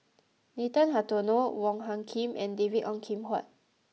Nathan Hartono Wong Hung Khim and David Ong Kim Huat